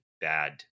bad